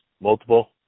multiple